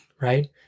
right